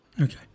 Okay